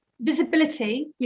visibility